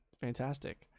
fantastic